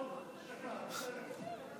עוד דקה.